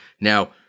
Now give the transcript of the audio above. Now